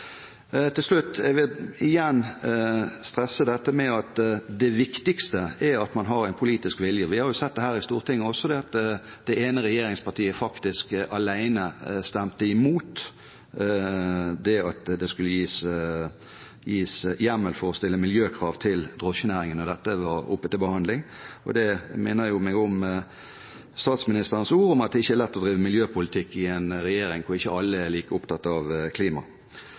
Til slutt vil jeg igjen stresse dette med at det viktigste er at man har en politisk vilje. Vi har sett det her i Stortinget også, at det ene regjeringspartiet faktisk alene stemte imot at det skulle gis hjemmel for å stille miljøkrav til drosjenæringen da dette var oppe til behandling. Det minner meg om statsministerens ord om at det ikke er lett å drive miljøpolitikk i en regjering hvor ikke alle er like opptatt av klima.